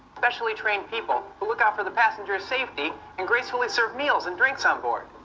specially-trained people who look out for the passengers' safety and gracefully serve meals and drinks on board.